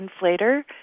inflator